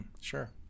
Sure